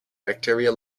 bacteria